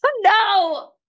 No